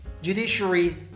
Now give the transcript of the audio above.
Judiciary